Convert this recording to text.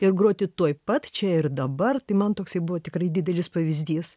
ir groti tuoj pat čia ir dabar tai man toksai buvo tikrai didelis pavyzdys